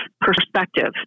perspective